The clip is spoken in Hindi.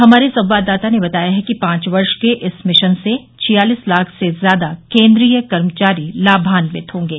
हमारे संवाददाता ने बताया है कि पांच वर्ष के इस मिशन से छियालिस लाख से ज्यादा केन्द्रीय कर्मचारी लाभावित होंगे